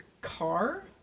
car